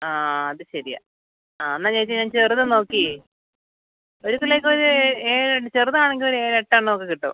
ആ അത് ശരിയാണ് ആ എന്നാൽ ചേച്ചി ഞാൻ ചെറുത് നോക്കിയേ വീട്ടിലേക്കൊരു ഏഴ് എണ്ണം ചെറുതാണെങ്കിൽ ഒരു ഏഴ് എട്ടെണ്ണമൊക്കെ കിട്ടും